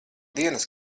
dienas